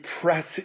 press